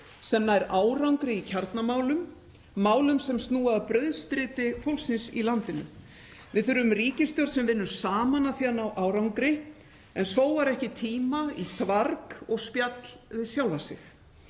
sem nær árangri í kjarnamálum, málum sem snúa að brauðstriti fólksins í landinu. Við þurfum ríkisstjórn sem vinnur saman að því að ná árangri en sóar ekki tíma í þvarg og spjall við sjálfa sig.